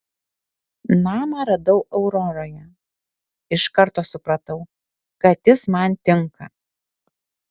namą radau auroroje iš karto supratau kad jis man tinka